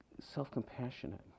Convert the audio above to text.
self-compassionate